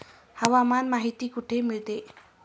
हवामान माहिती कुठे मिळते?